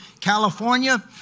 California